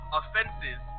offenses